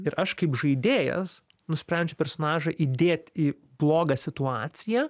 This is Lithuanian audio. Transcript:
ir aš kaip žaidėjas nusprendžiu personažą įdėt į blogą situaciją